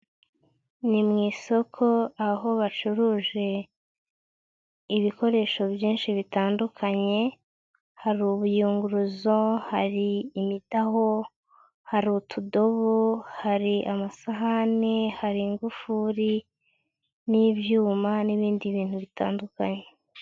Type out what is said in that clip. Ni mu isoko, aho bacuruje ibikoresho byinshi bitandukanye, hari ubuyunguruzo, hari imidaho, hari utudobo, hari amasahani, hari ingufuri n'ibyuma n'ibindi bintu bitandukanye.